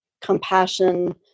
compassion